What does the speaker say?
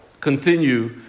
continue